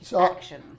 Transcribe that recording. action